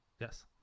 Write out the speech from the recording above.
Yes